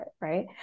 Right